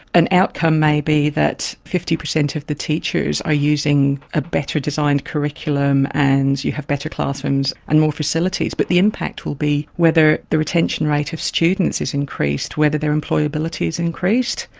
an outcome may be that fifty percent of the teachers are using a better designed curriculum and you have better classrooms and more facilities. but the impact will be whether the retention rate of students is increased, whether their employability is increased.